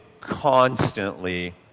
constantly